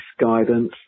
guidance